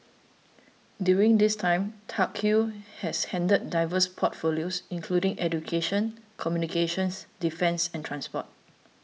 during this time Tuck Yew has handled diverse portfolios including education communications defence and transport